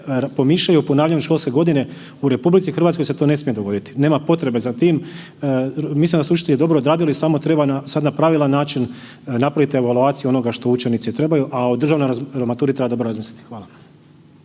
pomišljaju o ponavljaju školske godine, u RH se to ne smije dogoditi, nema potrebe za tim. Mislim da su učitelji dobro odradili samo treba sada na pravilan način napraviti evaluaciju onoga što učenici trebaju, a o državnoj maturi treba dobro razmisliti. Hvala.